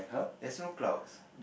there's no clouds